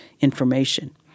information